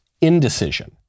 indecision